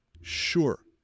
sure